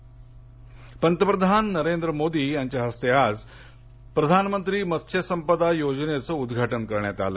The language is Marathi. मोदी पंतप्रधान नरेंद्र मोदी यांच्या हस्ते आज प्रधान मंत्री मत्स्य संपदा योजनेच उद्घाटन करण्यात आलं